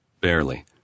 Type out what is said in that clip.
barely